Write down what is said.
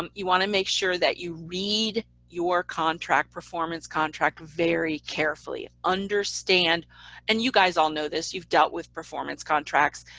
um you want to make sure that you read your contract, performance contract very carefully understand and you guys all know this, you've dealt with performance contracts.